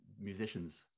musicians